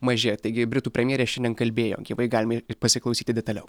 mažėja taigi britų premjerė šiandien kalbėjo gyvai galime pasiklausyti detaliau